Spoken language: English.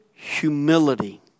Humility